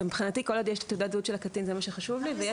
כל עוד יש תעודת זהות של הקטין זה מה שחשוב לי.